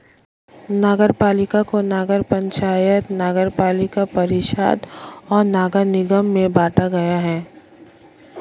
नगरपालिका को नगर पंचायत, नगरपालिका परिषद और नगर निगम में बांटा गया है